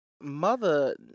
mother